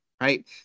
right